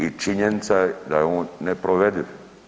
I činjenica je da je on neprovediv.